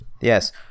Yes